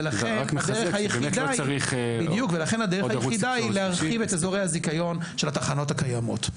ולכן הדרך היחידה היא להרחיב את אזורי הזיכיון של התחנות הקיימות.